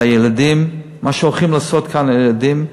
מה שהולכים לעשות כאן לילדים,